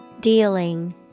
Dealing